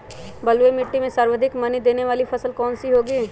बलुई मिट्टी में सर्वाधिक मनी देने वाली फसल कौन सी होंगी?